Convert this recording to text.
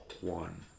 one